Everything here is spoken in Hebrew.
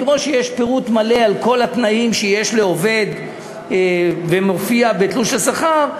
כמו שיש פירוט מלא על כל התנאים שיש לעובד וזה מופיע בתלוש השכר,